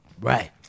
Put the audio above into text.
Right